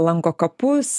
lanko kapus